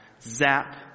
zap